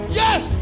yes